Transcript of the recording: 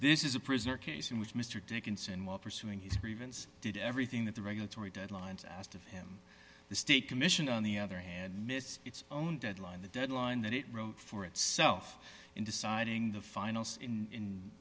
this is a prisoner a case in which mr dickinson while pursuing his grievance did everything that the regulatory deadlines asked of him the state commission on the other hand missed its own deadline the deadline that it wrote for itself in deciding the final say in i